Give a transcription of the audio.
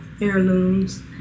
heirlooms